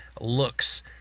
looks